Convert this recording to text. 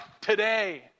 today